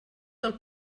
del